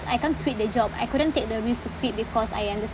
I can't quit the job I couldn't take the risk to quit because I am the